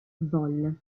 vol